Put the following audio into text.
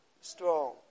strong